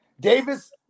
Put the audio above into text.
Davis